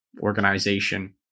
organization